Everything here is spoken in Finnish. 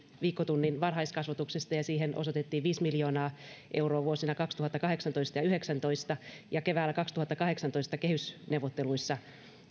viikkotunnin varhaiskasvatuksesta ja siihen osoitettiin viisi miljoonaa euroa vuosina kaksituhattakahdeksantoista ja kaksituhattayhdeksäntoista ja keväällä kaksituhattakahdeksantoista kehysneuvotteluissa